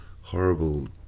horrible